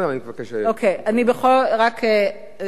רק את הנושא הזה.